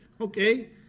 okay